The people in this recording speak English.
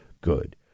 good